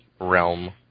realm